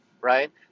right